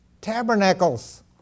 Tabernacles